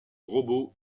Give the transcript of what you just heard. robot